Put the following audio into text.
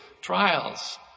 trials